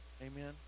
Amen